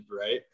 right